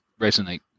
resonate